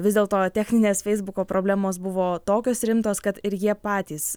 vis dėl to techninės feisbuko problemos buvo tokios rimtos kad ir jie patys